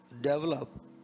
develop